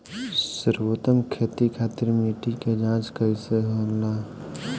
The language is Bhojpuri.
सर्वोत्तम खेती खातिर मिट्टी के जाँच कइसे होला?